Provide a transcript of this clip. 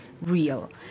real